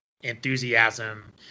enthusiasm